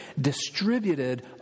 distributed